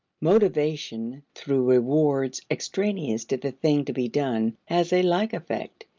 motivation through rewards extraneous to the thing to be done has a like effect.